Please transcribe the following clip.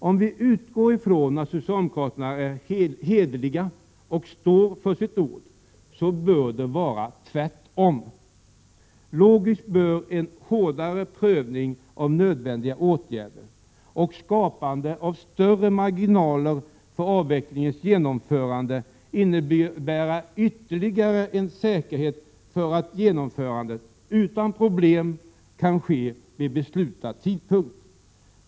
Om vi utgår från att socialdemokraterna är hederliga och står vid sitt ord, så bör det vara tvärtom. Logiskt bör en hårdare prövning av nödvändiga åtgärder och skapande av större marginaler för avvecklingens genomförande innebära en ytterligare säkerhet för att genomförandet utan problem kan ske vid beslutad tidpunkt.